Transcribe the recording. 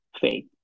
faith